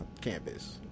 campus